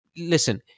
listen